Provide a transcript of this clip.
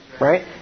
Right